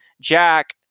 Jack